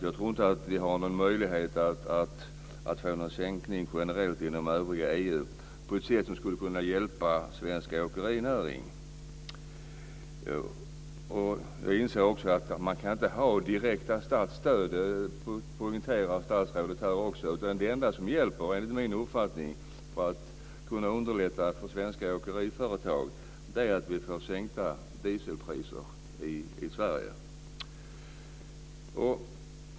Jag tror inte att vi har någon möjlighet att få en generell sänkning inom övriga EU på ett sätt som skulle kunna hjälpa svensk åkerinäring. Jag inser att man inte kan ha direkta statsstöd. Det poängterar statsrådet också. Det enda som hjälper, enligt min uppfattning, när det gäller att underlätta för svenska åkeriföretag är att vi får sänkta dieselpriser i Sverige.